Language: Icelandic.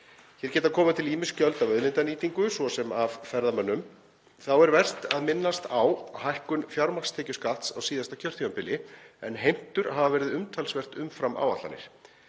Hér geta komið til ýmis gjöld af auðlindanýtingu, svo sem af ferðamönnum. Þá er vert að minnast á hækkun fjármagnstekjuskatts á síðasta kjörtímabili en heimtur hafa verið umtalsvert umfram áætlanir.